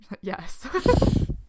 Yes